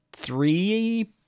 three